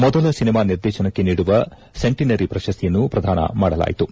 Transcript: ಮೊದಲ ಸಿನೆಮಾ ನಿರ್ದೇಶನಕ್ಕೆ ನೀಡುವ ಸೆಂಟನರಿ ಪ್ರಶಸ್ತಿಯನ್ನು ಪ್ರಧಾನ ಮಾಡಲಾಯಿತು